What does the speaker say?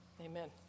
amen